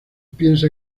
piensa